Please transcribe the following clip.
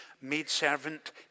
maidservant